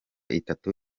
itatu